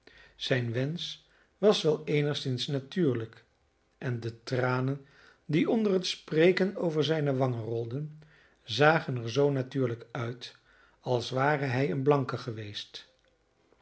zijn wensch was wel eenigszins natuurlijk en de tranen die onder het spreken over zijne wangen rolden zagen er zoo natuurlijk uit als ware hij een blanke geweest